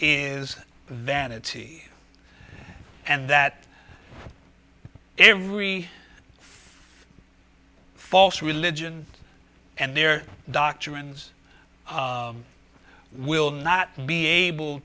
is vanity and that every false religion and their doctrines will not be able